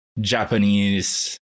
Japanese